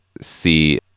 see